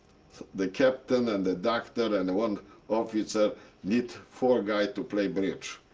the captain and the doctor, and one officer need four guys to play bridge.